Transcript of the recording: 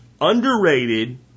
underrated